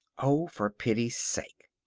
oh, for pity's sake!